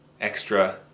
Extra